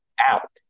out